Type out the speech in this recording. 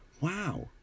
Wow